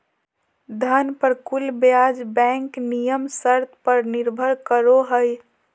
धन पर कुल ब्याज बैंक नियम शर्त पर निर्भर करो हइ